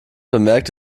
bemerkt